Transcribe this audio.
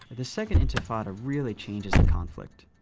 the second intifada really changes the conflict.